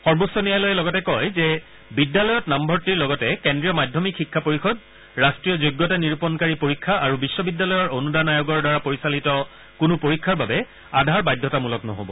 সৰ্বোচ্চ ন্যায়ালয়ে লগতে কয় যে বিদ্যালয়ত নামভৰ্তিৰ লগতে কেন্দ্ৰীয় মাধ্যমিক শিক্ষা পৰিষদ ৰাষ্টীয় যোগ্যতা নিৰূপণকাৰী পৰীক্ষা আৰু বিশ্ববিদ্যালয়ৰ অনূদান আয়োগৰ দ্বাৰা পৰিচালিত কোনো পৰীক্ষাৰ বাবে আধাৰ বাধ্যতামূলক নহ'ব